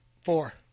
Four